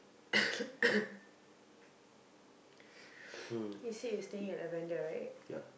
you said you staying at Lavender right